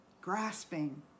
Grasping